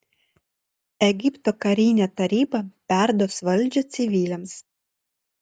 egipto karinė taryba perduos valdžią civiliams